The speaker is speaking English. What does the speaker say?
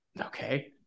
Okay